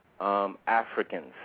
africans